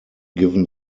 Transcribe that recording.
given